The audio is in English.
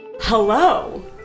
Hello